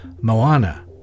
Moana